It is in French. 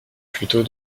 plutôt